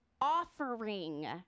offering